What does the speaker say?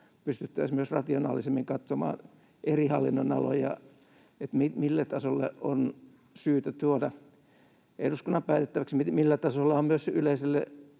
pystyttäisiin rationaalisemmin katsomaan eri hallinnonaloja, että millä tasolla asioita on syytä tuoda eduskunnan päätettäväksi, millä tasolla on myös julkisuudelle